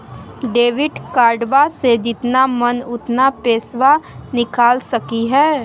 Debit कार्डबा से जितना मन उतना पेसबा निकाल सकी हय?